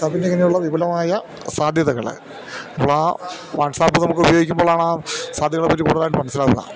വാട്സാപ്പിൻ്റെ ഇങ്ങനെയുള്ള വിപലമായ സാധ്യതകള് ഇപ്പോഴാ വാട്സാപ്പ് നമുക്ക് ഉപയോഗിക്കുമ്പോഴാണാ സാധ്യകളെപ്പറ്റി കൂടുതലായിട്ട് മനസ്സിലാവുക